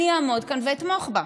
אני אעמוד כאן ואתמוך בה,